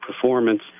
performance